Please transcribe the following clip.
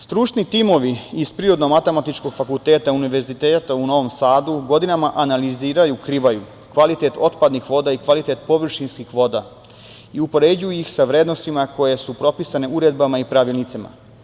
Stručni timovi sa Prirodno matematičkog fakulteta Univerziteta u Novom Sadu godinama analiziraju Krivaju, kvalitet otpadnih voda i kvaliteta površinskih voda i upoređuju ih sa vrednostima koje su propisane uredbama i pravilnicima.